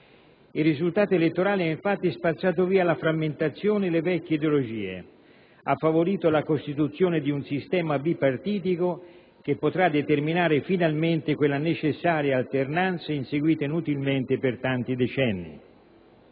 Il risultato elettorale ha infatti spazzato via la frammentazione e le vecchie ideologie, ha favorito la costituzione di un sistema bipartitico, che potrà determinare finalmente quella necessaria alternanza inseguita inutilmente per tanti decenni.